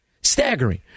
Staggering